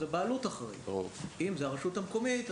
הבעלות אחראית; אם זו הרשות המקומית,